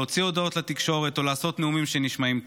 להוציא הודעות לתקשורת או לעשות נאומים שנשמעים טוב.